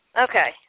Okay